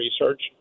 research